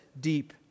deep